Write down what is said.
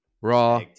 raw